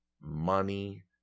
money